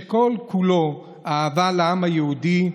שכל-כולו אהבה לעם היהודי,